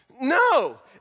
no